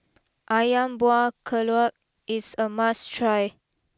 Ayam Buah Keluak is a must try